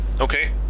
okay